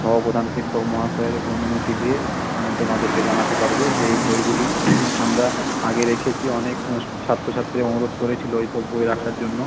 সহ প্রধান শিক্ষক মহাশয়ের অনুমতি নিয়ে আমি তোমাদেরকে জানাতে পারব যে এই বইগুলি আমরা আগে রেখেছি অনেক ছাত্র ছাত্রীরা অনুরোধ করেছিল ওই সব বই রাখার জন্য